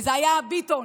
זה היה ביטון.